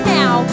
now